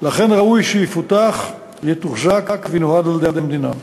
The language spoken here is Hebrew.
ראוי שהוא יפותח, יתוחזק וינוהל על-ידי המדינה.